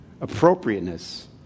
appropriateness